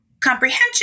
Comprehension